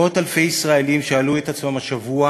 מאות-אלפי ישראלים שאלו את עצמם השבוע